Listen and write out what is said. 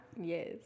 yes